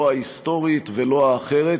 לא ההיסטורית ולא האחרת.